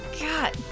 God